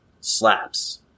slaps